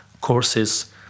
courses